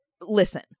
listen